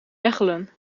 mechelen